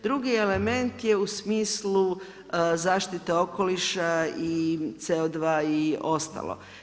Drugi element je u smislu zaštite okoliša i CO2 i ostalo.